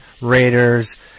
Raiders